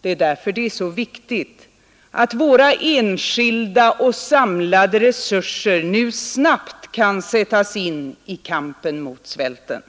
Det är därför det är så viktigt, att våra enskilda och samlade resurser nu snabbt kan sättas in i kampen mot svälten.